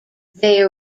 they